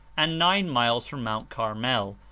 and nine miles from mt. carmel,